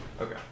Okay